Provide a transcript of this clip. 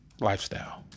lifestyle